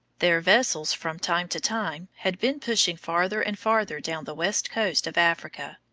their vessels, from time to time, had been pushing farther and farther down the west coast of africa.